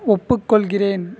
ஒப்புக்கொள்கிறேன்